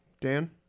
Dan